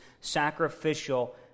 sacrificial